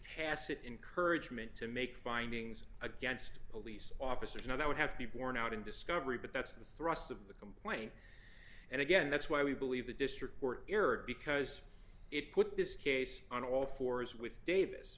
tacit encouragement to make findings against police officers no that would have to be borne out in discovery but that's the thrust of the complaint and again that's why we believe the district court because it put this case on all fours with davis